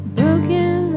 broken